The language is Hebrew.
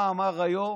מה אמר היום